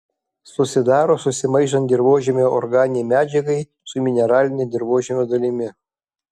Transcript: susidaro susimaišant dirvožemio organinei medžiagai su mineraline dirvožemio dalimi